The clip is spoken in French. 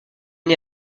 née